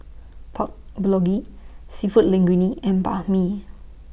Pork Bulgogi Seafood Linguine and Banh MI